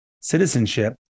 citizenship